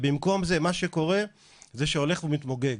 במקום זה, מה שקורה, זה שהולך ומתמוגג.